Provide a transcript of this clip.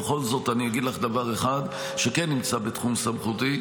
ובכל זאת אני אגיד לך דבר אחד שכן נמצא בתחום סמכותי: